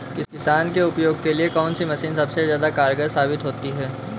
किसान के उपयोग के लिए कौन सी मशीन सबसे ज्यादा कारगर साबित होती है?